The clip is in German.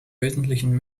westlichen